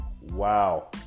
Wow